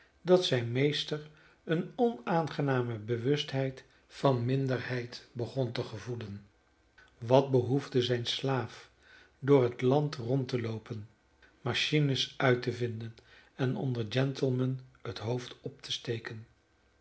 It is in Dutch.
dat zijn meester eene onaangename bewustheid van minderheid begon te gevoelen wat behoefde zijn slaaf door het land rond te loopen machines uit te vinden en onder gentlemen het hoofd op te steken